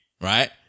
right